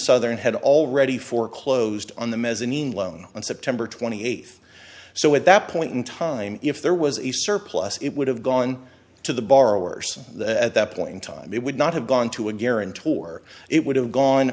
southern had already foreclosed on the mezzanine loan on september twenty eighth so at that point in time if there was a surplus it would have gone to the borrowers at that point in time it would not have gone to a guarantor it would have gone